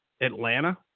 Atlanta